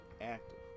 active